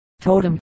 totem